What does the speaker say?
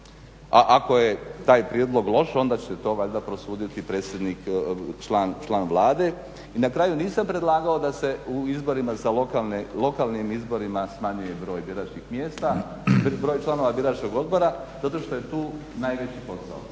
a ako je taj prijedlog loš onda će to valjda prosuditi predsjednik, član Vlade. I na kraju, nisam predlagao da se u lokalnim izborima smanjuje broj biračkih mjesta, broj članova biračkog odbora zato što je tu najveći posao,